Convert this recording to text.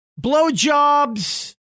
blowjobs